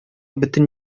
бөтен